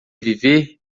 viver